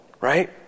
right